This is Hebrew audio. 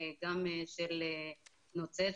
גם של נוצ"ץ,